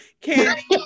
Candy